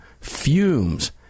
fumes